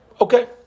Okay